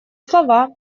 слова